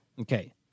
Okay